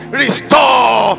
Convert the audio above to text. restore